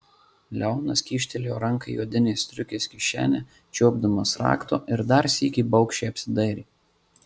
leonas kyštelėjo ranką į odinės striukės kišenę čiuopdamas rakto ir dar sykį baugščiai apsidairė